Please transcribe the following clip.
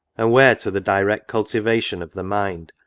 and where, to the direct cultivation of the mind,